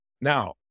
Now